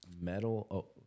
Metal